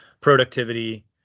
productivity